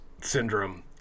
Syndrome